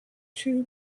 two